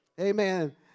Amen